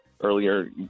earlier